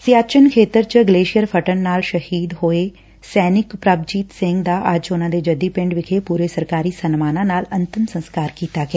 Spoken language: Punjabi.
ਸਿਆਚਿਨ ਖੇਤਰ ਵਿਚ ਗਲੇਸ਼ੀਅਰ ਫੱਟਣ ਨਾਲ ਸ਼ਹੀਦ ਹੋਏ ਸੈਨਿਕ ਪ੍ਰਭਜੀਤ ਸਿੰਘ ਦਾ ਅੱਜ ਉਨੂਾਂ ਦੇ ਜੱਦੀ ਪਿੰਡ ਵਿਖੇ ਪੁਰੇ ਸਰਕਾਰੀ ਸਨਮਾਨਾਂ ਨਾਲ ਅੰਤਿਮ ਸਸਕਾਰ ਕੀਤਾ ਗਿਆ